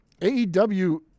AEW